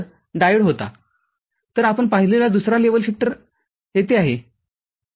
तर आपण पाहिलेला दुसरा लेव्हल शिफ्टरआहे